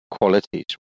qualities